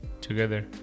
together